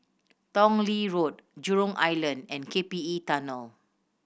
Tong Lee Road Jurong Island and K P E Tunnel